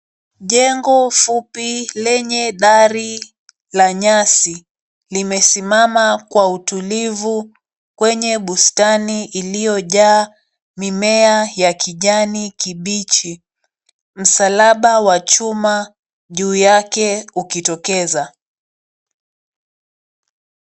Jengo fupi lenye dari la nyasi limesimama kwa utulivu kwenye bustani iliyojaa mimea ya kijani kibichi, msalaba wa chuma juu yake ukitokeza.